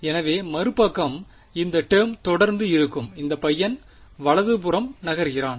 எனவே மறுபுறம் இந்த டேர்ம் தொடர்ந்து இருக்கும் இந்த பையன் வலது புறம் நகர்கிறான்